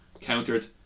countered